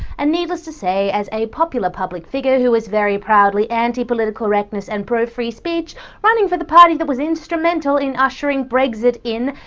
and needless to say, as a popular public figure who is very proudly anti-political correctness and pro-free speech running for the party that was instrumental in ushering brexit in,